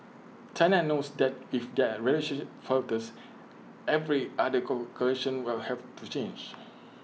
China knows that if that relationship falters every other calculation will have to change